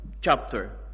chapter